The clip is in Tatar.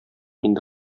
инде